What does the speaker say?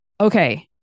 Okay